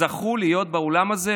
זכו להיות באולם הזה,